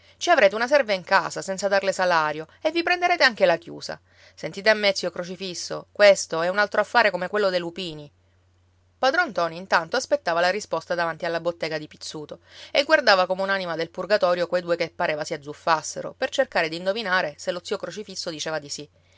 ci avrete una serva in casa senza darle salario e vi prenderete anche la chiusa sentite a me zio crocifisso questo è un altro affare come quello dei lupini padron ntoni intanto aspettava la risposta davanti alla bottega di pizzuto e guardava come un'anima del purgatorio quei due che pareva si azzuffassero per cercare di indovinare se lo zio crocifisso diceva di sì